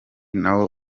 nawo